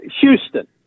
Houston